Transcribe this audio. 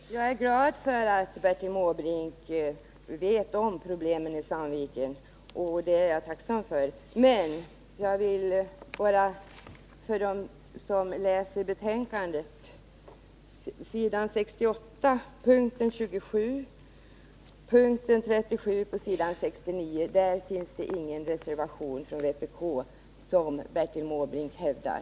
Herr talman! Jag är glad och tacksam för att Bertil Måbrink vet om problemen i Sandviken. Jag vill bara för dem som läser betänkandet nämna att när det gäller mom. 27 på s. 68 och mom. 37 på s. 69 finns det ingen reservation från vpk, vilket Bertil Måbrink hävdar.